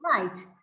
right